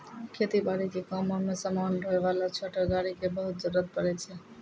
खेती बारी के कामों मॅ समान ढोय वाला छोटो गाड़ी के बहुत जरूरत पड़ै छै